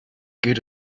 geht